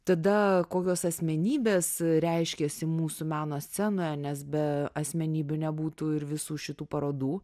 tada kokios asmenybės reiškiasi mūsų meno scenoje nes be asmenybių nebūtų ir visų šitų parodų